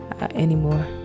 anymore